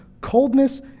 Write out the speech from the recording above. coldness